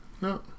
No